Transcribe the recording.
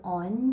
on